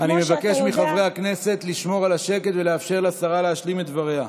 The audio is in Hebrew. אני מבקש מחברי הכנסת לשמור על השקט ולאפשר לשרה להשלים את דבריה,